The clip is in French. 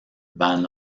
van